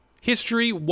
history